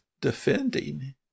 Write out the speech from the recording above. defending